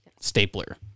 stapler